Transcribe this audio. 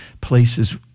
places